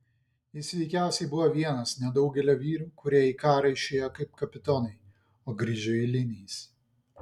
jis veikiausiai buvo vienas nedaugelio vyrų kurie į karą išėjo kaip kapitonai o grįžo eiliniais